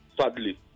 sadly